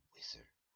Wizard